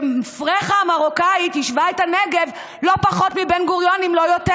שפרחה מרוקאית יישבה את הנגב לא פחות מבן-גוריון אם לא יותר.